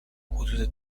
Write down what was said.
حدود